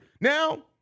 Now